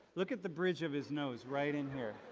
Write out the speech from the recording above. look at the bridge of his nose, right in here,